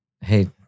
Hey